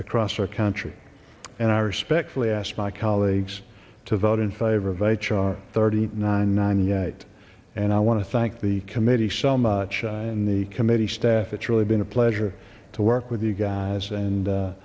across our country and i respectfully ask my colleagues to vote in favor of h r thirty nine nine yet and i want to thank the committee so much and the committee staff it's really been a pleasure to work with you guys and